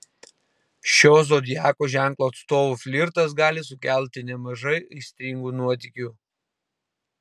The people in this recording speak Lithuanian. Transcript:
šio zodiako ženklo atstovų flirtas gali sukelti nemažai aistringų nuotykių